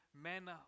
men